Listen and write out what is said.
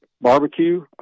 barbecue